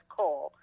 coal